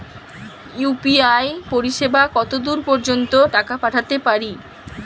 UPI পরিসেবা কতদূর পর্জন্ত টাকা পাঠাতে পারি?